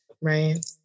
right